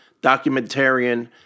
documentarian